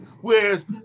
Whereas